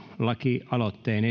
lakialoitteen